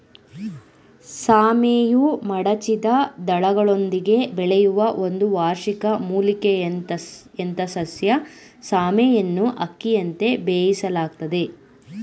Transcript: ಸಾಮೆಯು ಮಡಚಿದ ದಳಗಳೊಂದಿಗೆ ಬೆಳೆಯುವ ಒಂದು ವಾರ್ಷಿಕ ಮೂಲಿಕೆಯಂಥಸಸ್ಯ ಸಾಮೆಯನ್ನುಅಕ್ಕಿಯಂತೆ ಬೇಯಿಸಲಾಗ್ತದೆ